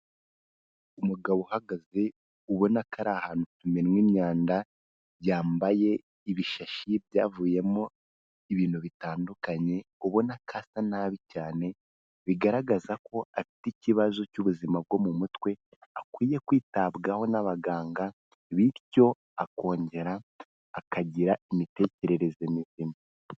Umugabo uhagaze ubona ko ari ahantu hamenwa imyanda, yambaye ibishashi byavuyemo ibintu bitandukanye, ubona ko asa nabi cyane, bigaragaza ko afite ikibazo cy'ubuzima bwo mu mutwe, akwiye kwitabwaho n'abaganga, bityo akongera akagira imitekerereze mizima.